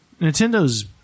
Nintendo's